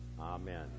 Amen